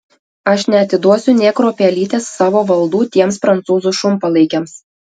aš neatiduosiu nė kruopelytės savo valdų tiems prancūzų šunpalaikiams